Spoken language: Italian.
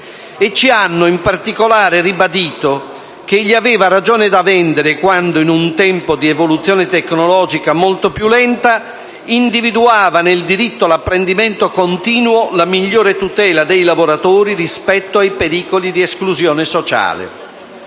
ci hanno in particolare ribadito che egli aveva ragione da vendere quando, in un tempo di evoluzione tecnologica molto più lenta, individuava nel diritto all'apprendimento continuo la migliore tutela dei lavoratori rispetto ai pericoli di esclusione sociale.